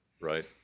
Right